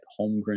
Holmgren